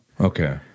Okay